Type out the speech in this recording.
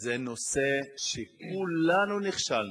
זה נושא שבו כולנו נכשלנו,